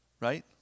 right